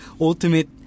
ultimate